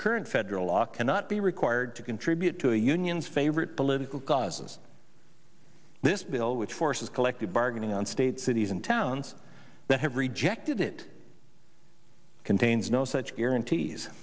current federal law cannot be required to contribute to a union's favorite political causes this bill which forces collective bargaining on states cities and towns that have rejected it contains no such guarantees